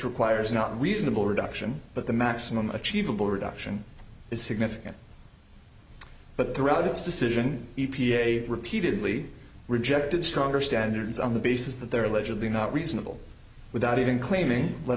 requires not a reasonable reduction but the maximum achievable reduction is significant but throughout its decision e p a repeatedly rejected stronger standards on the basis that they are allegedly not reasonable without even claiming let